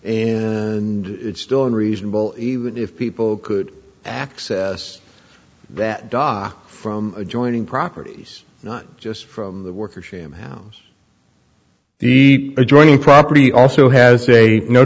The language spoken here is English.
and it's still in reasonable even if people could access that dog from adjoining properties not just from the worker sham house the adjoining property also has a no